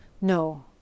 No